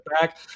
back